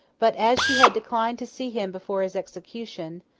but, as she had declined to see him before his execution,